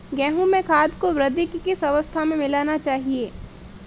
गेहूँ में खाद को वृद्धि की किस अवस्था में मिलाना चाहिए?